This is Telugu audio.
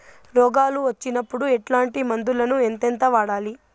రోగాలు వచ్చినప్పుడు ఎట్లాంటి మందులను ఎంతెంత వాడాలి?